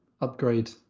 upgrade